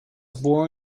born